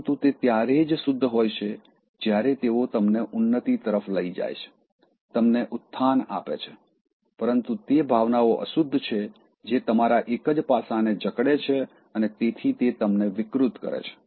પરંતુ તે ત્યારે જ શુદ્ધ હોય છે જ્યારે તેઓ તમને ઉન્નતિ તરફ લઈ જાય છે તમને ઉત્થાન આપે છે પરંતુ તે ભાવનાઓ અશુદ્ધ છે જે તમારા એકજ પાસાને જકડે છે અને તેથી તે તમને વિકૃત કરે છે